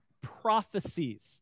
prophecies